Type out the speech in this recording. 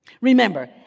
Remember